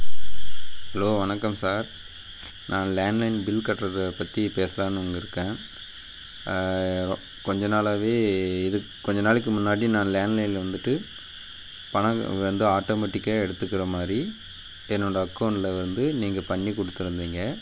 hello வணக்கம் sir நான் landline bill கட்டுறத பற்றி பேசலான்னு வந்திருக்கேன் கொஞ்சம் நாளாகவே இது கொஞ்சம் நாளைக்கு முன்னாடி நான் லேண்ட்லைனில் வந்துட்டு பணம் வந்து ஆட்டோமேட்டிக்காக எடுத்துக்கிற மாதிரி என்னோடய அக்கௌண்டில் வந்து நீங்கள் பண்ணிக் கொடுத்துருந்தீங்க